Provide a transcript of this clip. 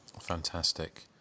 Fantastic